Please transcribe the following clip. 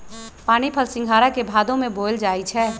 पानीफल सिंघारा के भादो में बोयल जाई छै